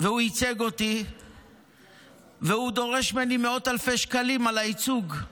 והוא ייצג אותי והוא דורש ממני מאות אלפי שקלים על הייצוג.